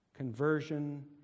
Conversion